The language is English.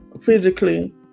physically